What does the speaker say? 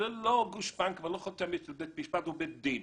ללא גושפנקה וללא חותמת של בית משפט או בית דין